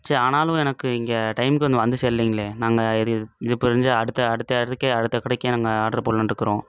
சே ஆனாலும் எனக்கு இங்கே டைம்க்கு இங்கே வந்து சேரலிங்லே நாங்கள் இது இது இது அடுத்த அடுத்த இடத்துக்கே அடுத்த கடைக்கே நாங்கள் ஆர்டர் போடலானுருக்குறோம்